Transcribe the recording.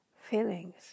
feelings